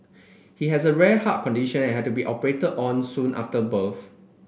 he has a rare heart condition and had to be operated on soon after birth